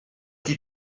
qui